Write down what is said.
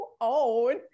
own